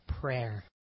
prayer